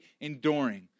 enduring